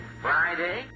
Friday